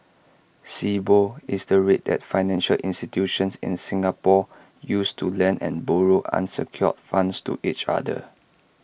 Sibor is the rate that financial institutions in Singapore use to lend and borrow unsecured funds to each other